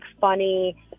funny